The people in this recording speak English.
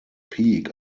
peak